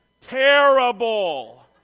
Terrible